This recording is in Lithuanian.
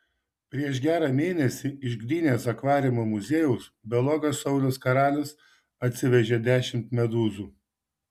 prieš gerą mėnesį iš gdynės akvariumo muziejaus biologas saulius karalius atsivežė dešimt medūzų